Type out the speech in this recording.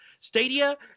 stadia